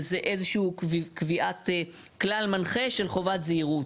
זה איזשהו קביעת כלל מנחה של חובת זהירות.